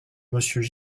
monsieur